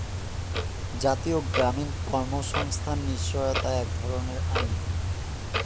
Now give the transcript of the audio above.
জাতীয় গ্রামীণ কর্মসংস্থান নিশ্চয়তা এক ধরনের আইন